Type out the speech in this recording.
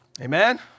Amen